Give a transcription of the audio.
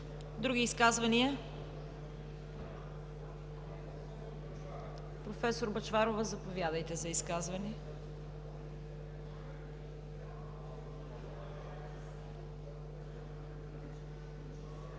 Други изказвания? Професор Бъчварова, заповядайте за изказване.